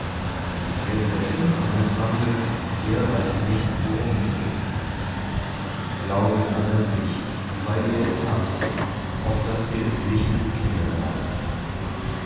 wer in der finsternis wandelt der weiß nicht wo er hingeht glaubet an das licht dieweil ihr es habt auf daß ihr des lichtes kinder seid